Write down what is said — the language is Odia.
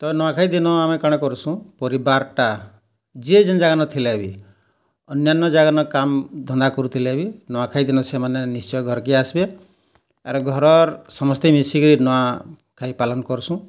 ତ ନୂଆଖାଇ ଦିନ ଆମେ କାଣା କରୁସୁଁ ପରିବାର୍ ଟା ଯିଏ ଜେନ୍ ଜାଗାନ ଥିଲେ ବି ଅନ୍ୟାନ ଜାଗାନ କାମ୍ ଧନ୍ଦା କରୁଥିଲେ ବି ନୂଆଖାଇ ଦିନ ସେମାନେ ନିଶ୍ଚୟ ଘର୍କେ ଆସବେ ଆର୍ ଘରର୍ ସମସ୍ତେ ମିଶିକି ନୂଆଖାଇ ପାଲନ୍ କରୁଶୁଁ